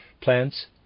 Plants